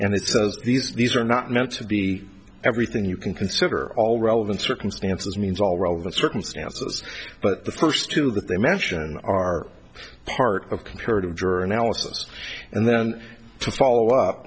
and it says these these are not meant to be everything you can consider all relevant circumstances means all relevant circumstances but the first two that they mention are part of comparative juror analysis and then to follow up